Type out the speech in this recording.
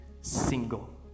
single